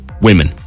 women